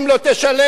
תקבל,